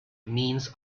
means